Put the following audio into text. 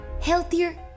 healthier